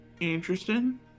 Interesting